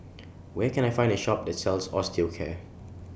Where Can I Find A Shop that sells Osteocare